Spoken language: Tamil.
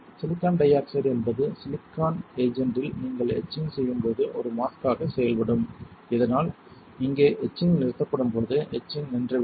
சிலிக்கான் டை ஆக்சைடு என்பது சிலிக்கான் ஏஜெண்டில் நீங்கள் எட்சிங் செய்யும்போது ஒரு மாஸ்க் ஆக செயல்படும் இதனால் இங்கே எட்சிங் நிறுத்தப்படும்போது எட்சிங் நின்றுவிடும்